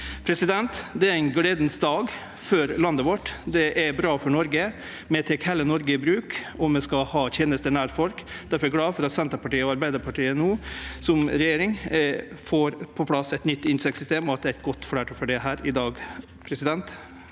tilseier. Det er ein gledesdag for landet vårt. Det er bra for Noreg. Vi tek heile Noreg i bruk, og vi skal ha tenester nær folk. Difor er eg glad for at Senterpartiet og Arbeidarpartiet som regjering no får på plass eit nytt inntektssystem, og at det er eit godt fleirtal for det her i dag. Dette